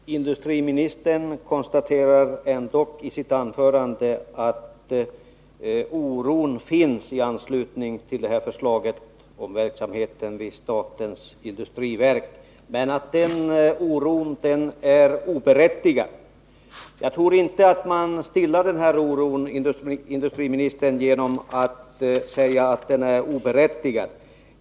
Herr talman! Industriministern konstaterar dock i sitt anförande att oron finns i anslutning till det här förslaget om verksamheten vid statens industriverk. Men han menar att den oron är oberättigad. Jag tror inte att man stillar denna oro, industriministern, genom att säga att den är oberättigad.